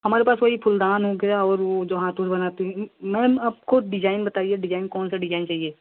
हमारे पास वही फूलदान हो गया और वह जहाँ फूल बनाते हैं मैम आपको डिजाइन बताइए डिजाइन कौन सा डिजाइन चाहिए